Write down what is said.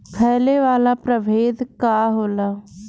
फैले वाला प्रभेद का होला?